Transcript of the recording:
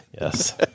Yes